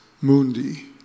mundi